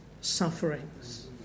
sufferings